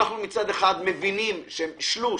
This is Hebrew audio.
מצד אחד אנחנו מבינים ששלוש,